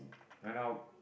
right now